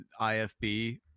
IFB